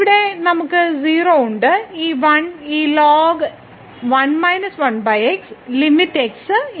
ഇവിടെ നമുക്ക് ഇപ്പോൾ 0 ഉണ്ട് ഈ 1 ഈ x ln⁡1 - 1x limit x ലേക്ക് പോകുന്നു